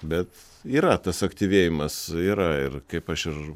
bet yra tas aktyvėjimas yra ir kaip aš ir